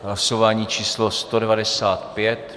Hlasování číslo 195.